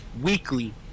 weekly